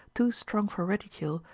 too strong for ridicule,